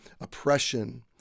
oppression